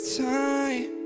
time